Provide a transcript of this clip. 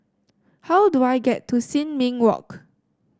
how do I get to Sin Ming Walk